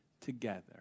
together